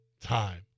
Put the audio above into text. time